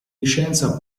licenza